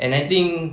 and I think